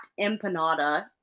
Empanada